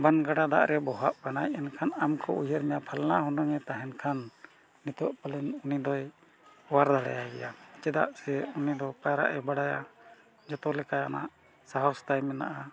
ᱵᱟᱱ ᱜᱟᱰᱟ ᱫᱟᱜ ᱨᱮ ᱵᱚᱦᱟᱜ ᱠᱟᱱᱟᱭ ᱮᱱᱠᱷᱟᱱ ᱟᱢ ᱠᱚ ᱩᱭᱦᱟᱹᱨ ᱢᱮᱭᱟ ᱯᱷᱟᱞᱱᱟ ᱦᱩᱱᱟᱹᱝᱮ ᱛᱟᱦᱮᱱ ᱠᱷᱟᱱ ᱱᱤᱛᱳᱜ ᱯᱟᱞᱮᱱ ᱩᱱᱤ ᱫᱚᱭ ᱚᱣᱟᱨ ᱫᱟᱲᱮᱭᱟᱭ ᱜᱮᱭᱟ ᱪᱮᱫᱟᱜ ᱥᱮ ᱩᱱᱤᱫᱚ ᱯᱟᱭᱨᱟᱜ ᱮ ᱵᱟᱲᱟᱭᱟ ᱡᱚᱛᱚ ᱞᱮᱠᱟᱱᱟᱜ ᱥᱟᱦᱚᱥᱛᱟᱭ ᱢᱮᱱᱟᱜᱼᱟ